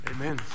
Amen